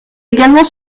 également